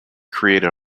created